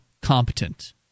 competent